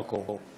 במקור,